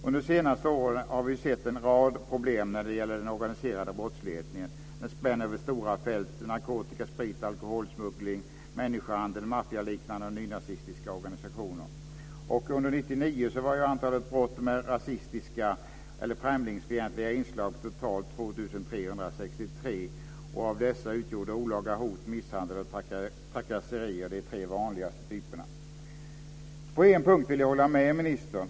Under de senaste åren har vi sett en rad problem när det gäller den organiserade brottsligheten. Den spänner över stora fält; narkotika, sprit, alkoholsmuggling, människohandel, maffialiknande och nynazistiska organisationer. Under 1999 var ju antalet brott med rasistiska eller främlingsfientliga inslag totalt 2 363. Av dessa var olaga hot, misshandel och trakasserier de vanligaste typerna. På en punkt vill jag hålla med ministern.